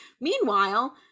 Meanwhile